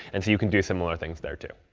and so you can do similar things there, too.